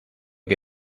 que